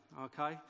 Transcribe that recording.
okay